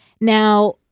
Now